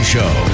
Show